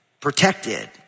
protected